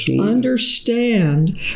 understand